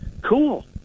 cool